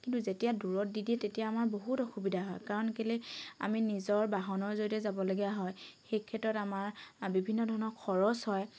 কিন্তু যেতিয়া দূৰত দি দিয়ে তেতিয়া আমাৰ বহুত অসুবিধা হয় কাৰণ কেলৈ আমি নিজৰ বাহনৰ জৰিয়তে যাবলগীয়া হয় সেই ক্ষেত্ৰত আমাৰ বিভিন্ন ধৰণৰ খৰচ হয়